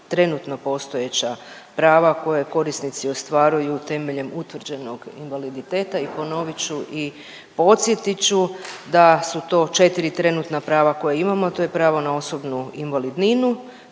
trenutno postojeća prava koje korisnici ostvaruju temeljem utvrđenog invaliditeta i ponovit ću i podsjetit ću da su to 4 trenutna prava koja imamo, a to je pravo na osobnu invalidninu